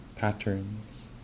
patterns